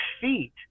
feet